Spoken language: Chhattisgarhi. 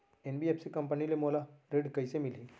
एन.बी.एफ.सी कंपनी ले मोला ऋण कइसे मिलही?